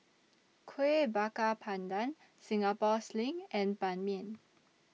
Kuih Bakar Pandan Singapore Sling and Ban Mian